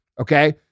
Okay